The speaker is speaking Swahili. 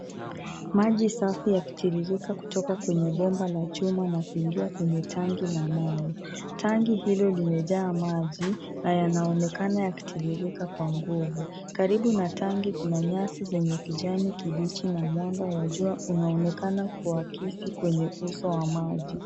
Maji safi yakitiririka kutoka kwenye bomba la chuma na kuingia kwenye tanki la mawe. Tanki hilo limejaa maji, na yanaonekana yakitiririka kwa nguvu. Karibu na tanki kuna nyasi zenye kijani kibichi na mwanga wa jua unaonekana kuakisi kwenye uso wa maji.